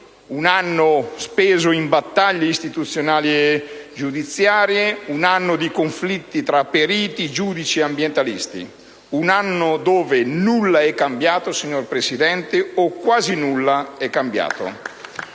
un anno speso in battaglie istituzionali e giudiziarie, un anno di conflitti tra periti, giudici e ambientalisti; un anno in cui nulla è cambiato, signor Presidente, o quasi nulla è cambiato.